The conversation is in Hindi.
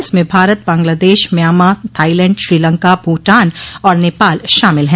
इसमें भारत बंगलादेश म्यांमा थाईलैंड श्रीलंका भूटान और नेपाल शामिल है